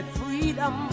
freedom